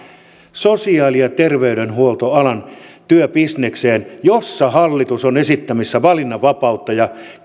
sosiaali ja terveydenhuoltoalan työbisnekseen jonne hallitus on esittämässä valinnanvapautta ja